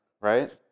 right